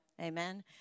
Amen